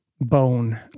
bone